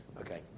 Okay